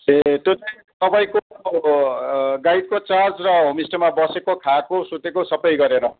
ए त्यो चाहिँ तपाईँको गाइडको चार्ज र होमस्टेमा बसेको खाएको सुतेको सबै गरेर